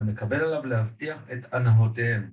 ‫ומקבל עליו להבטיח את הנהותיהם.